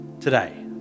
today